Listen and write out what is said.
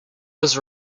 was